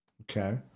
Okay